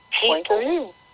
people